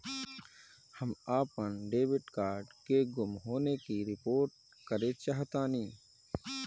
हम अपन debit card के गुम होने की रिपोर्ट करे चाहतानी